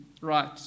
right